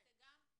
לגמרי.